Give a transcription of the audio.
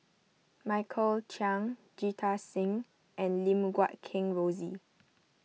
Michael Chiang Jita Singh and Lim Guat Kheng Rosie